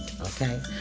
okay